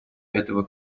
этого